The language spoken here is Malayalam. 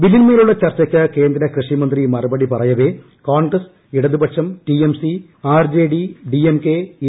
ബില്ലിൻമേലുള്ള ചർച്ചക്ക് കേന്ദ്ര കൃഷിമന്ത്രി മറുപടി പറയവേ കോൺഗ്രസ് ഇടതുപക്ഷം T M C R J D DMK A